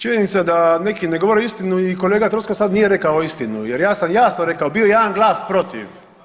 Činjenica da neki ne govore istinu i kolega Troskot sada nije rekao istinu, jer ja sam jasno rekao bio je jedan glas protiv.